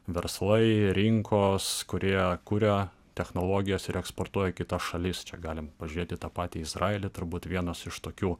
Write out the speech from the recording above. verslai rinkos kurie kuria technologijas ir eksportuoja į kitas šalis čia galim pažiūrėti į tą patį izraelį turbūt vienas iš tokių